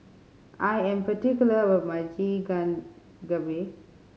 I am particular about my